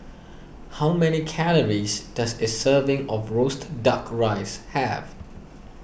how many calories does a serving of Roasted Duck Rice have